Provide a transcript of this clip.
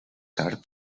tard